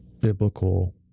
biblical